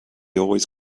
always